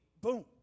boom